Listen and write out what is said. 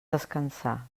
descansar